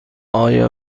آیا